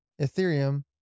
Ethereum